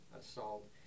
assault